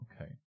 Okay